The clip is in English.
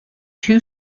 two